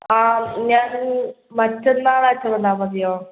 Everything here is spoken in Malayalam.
ആ ഞാൻ മറ്റന്നാളായിട്ട് വന്നാൽ മതിയോ